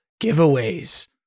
giveaways